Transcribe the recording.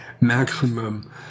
maximum